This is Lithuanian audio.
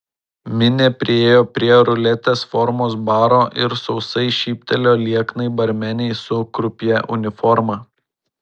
minė priėjo prie ruletės formos baro ir sausai šyptelėjo lieknai barmenei su krupjė uniforma